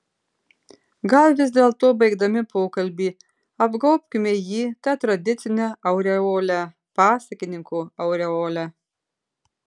gal vis dėlto baigdami pokalbį apgaubkime jį ta tradicine aureole pasakininko aureole